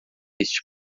este